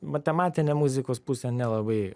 matematinė muzikos pusė nelabai